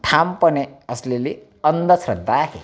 ठामपणे असलेली अंधश्रद्धा आहे